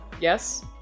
Yes